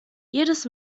jedes